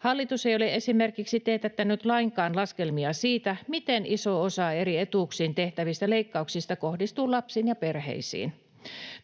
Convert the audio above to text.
Hallitus ei ole esimerkiksi teetättänyt lainkaan laskelmia siitä, miten iso osa eri etuuksiin tehtävistä leikkauksista kohdistuu lapsiin ja perheisiin.